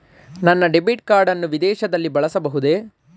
ನನ್ನ debit card ಅನ್ನು ವಿದೇಶದಲ್ಲಿ ಬಳಸಬಹುದೇ?